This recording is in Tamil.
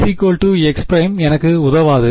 x x′ எனக்கு உதவாது